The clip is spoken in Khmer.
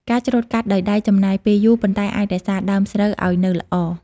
ការច្រូតកាត់ដោយដៃចំណាយពេលយូរ ប៉ុន្តែអាចរក្សាដើមស្រូវឱ្យនៅល្អ។